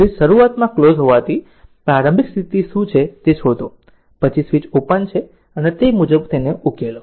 switch શરૂઆતમાં close હોવાથી પ્રારંભિક સ્થિતિ શું છે તે શોધો પછી સ્વીચ ઓપન છે અને તે મુજબ ઉકેલો